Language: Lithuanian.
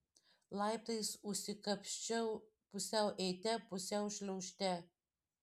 laiptais užsikapsčiau pusiau eite pusiau šliaužte